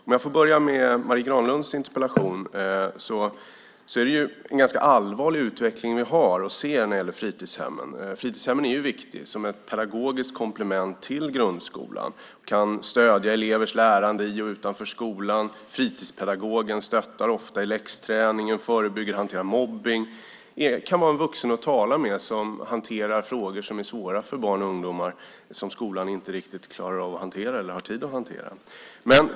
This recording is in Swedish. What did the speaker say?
För att börja med Marie Granlunds interpellation vill jag säga att det är en ganska allvarlig utveckling vi har, och ser, när det gäller fritidshemmen. Fritidshemmen är viktiga som ett pedagogiskt komplement till grundskolan. Där kan man stödja elevers lärande i och utanför skolan. Fritidspedagogen stöttar ofta beträffande läxträning samt förebygger och hanterar mobbning och kan vara en vuxen att tala med som hanterar frågor som är svåra för barn och ungdomar och som skolan inte riktigt klarar av eller har tid att hantera.